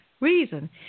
reason